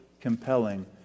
compelling